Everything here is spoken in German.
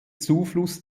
zufluss